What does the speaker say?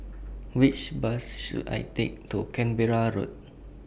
Which Bus should I Take to Canberra Road